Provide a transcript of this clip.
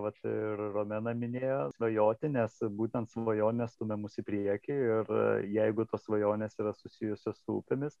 vat ir romena minėjo svajoti nes būtent svajonės stumia mus į priekį ir jeigu tos svajonės yra susijusios su upėmis